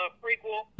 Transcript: prequel